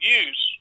use